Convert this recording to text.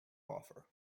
offer